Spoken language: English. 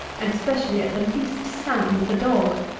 and especially at the least sound of a dog.